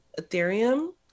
Ethereum